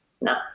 No